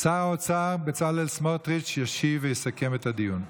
שר האוצר בצלאל סמוטריץ' ישיב ויסכם את הדיון.